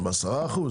ב-10%?